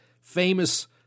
famous